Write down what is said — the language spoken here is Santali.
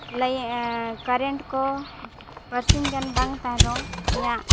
ᱞᱟᱭᱤᱱ ᱠᱟᱨᱮᱱᱴ ᱠᱚ ᱵᱟᱨ ᱥᱤᱧ ᱜᱟᱱ ᱵᱟᱝ ᱛᱟᱦᱮᱱ ᱨᱮᱦᱚᱸ ᱤᱧᱟᱹᱜ